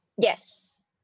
Yes